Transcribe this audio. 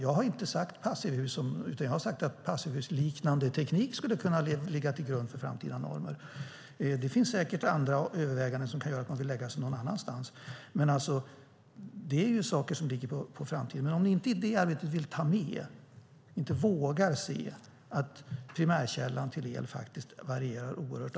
Jag har inte sagt att passivhus ska vara norm utan jag har sagt att passivhusliknande teknik skulle kunna ligga till grund för framtida normer. Det finns säkert andra överväganden som kan göra att man vill lägga sig på någon annan nivå. Men det är ju saker som ligger på framtiden. Ni verkar inte i det arbetet vilja ta med och inte våga se att primärkällan till el faktiskt varierar oerhört.